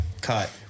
cut